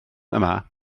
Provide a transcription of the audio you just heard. yma